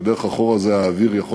ודרך החור הזה האוויר יכול